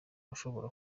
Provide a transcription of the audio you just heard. ushobora